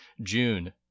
June